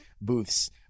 booths